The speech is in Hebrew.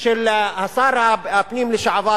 של שר הפנים לשעבר,